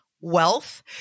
wealth